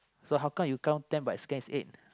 so how come you count ten but scans eight